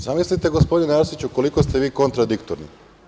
Zamislite, gospodine Arsiću, koliko ste vi kontradiktorni.